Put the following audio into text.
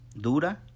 dura